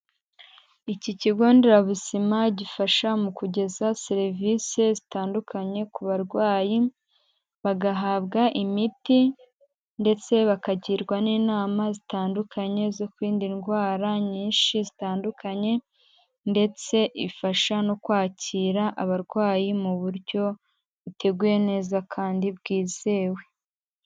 Iki kigo nderabuzima gifasha mu kugeza serivisi zitandukanye ku barwayi, bagahabwa imiti ndetse bakagirwa n'inama zitandukanye zo kwirinda ndwara nyinshi zitandukanye ndetse ifasha no kwakira abarwayi mu buryo buteguye neza kandi bwizewe.